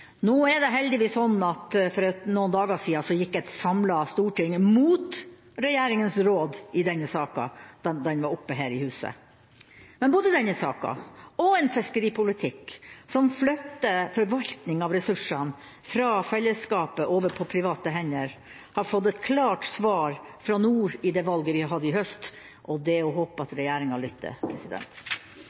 Heldigvis, for noen dager siden da saken var oppe her i huset, gikk et samlet storting mot regjeringas råd. Både denne saken og en fiskeripolitikk som flytter forvaltninga av ressurser fra fellesskapet over til private hender, fikk et klart svar fra nord i valget i høst. Det er bare å håpe at regjeringa lytter.